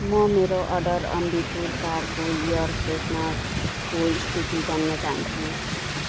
म मेरो order Ambi Pur कारको एयर फ्रेसनरको स्थिति जान्न चाहन्छु